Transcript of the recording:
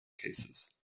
cases